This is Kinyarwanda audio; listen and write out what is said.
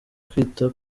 kwita